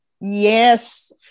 Yes